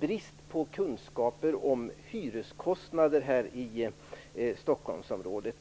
brist på kunskaper om hyreskostnader i Stockholmsområdet.